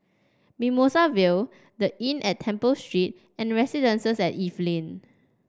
Mimosa Vale The Inn at Temple Street and Residences at Evelyn